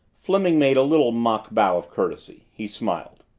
fleming made a little mock-bow of courtesy. he smiled.